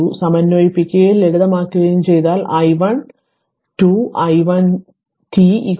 സമന്വയിപ്പിക്കുകയും ലളിതമാക്കുകയും ചെയ്താൽ i 1 2 i 1 t 2